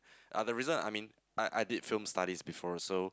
are the reason I mean I I did film studies before so